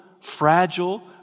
fragile